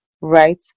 right